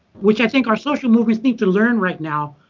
which i think our social movements need to learn right now,